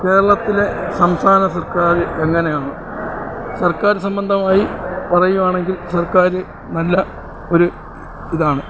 കേരളത്തിലെ സംസ്ഥാന സർക്കാർ എങ്ങനെയാണ് സർക്കാർ സംബന്ധമായി പറയുകയാണെങ്കിൽ സർക്കാർ നല്ല ഒരു ഇതാണ്